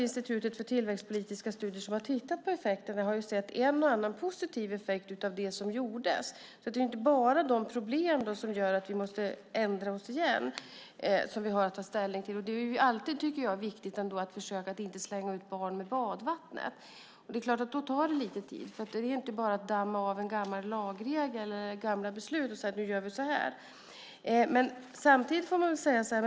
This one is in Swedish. Institutet för tillväxtpolitiska studier har tittat på effekterna och sett en och annan positiv effekt av det som gjordes. Det är alltså inte bara problemen som gör att vi måste ändra oss och ta ställning på nytt. Det är alltid viktigt att försöka agera så att man inte slänger ut barnet med badvattnet. Och då tar det lite tid. Det handlar inte om att bara damma av en gammal lagregel eller gamla beslut och säga att nu gör vi så här.